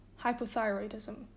hypothyroidism